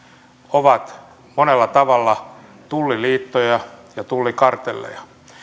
ovat monella tavalla tulliliittoja ja tullikartelleja